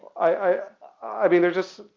i i mean there just,